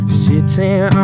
sitting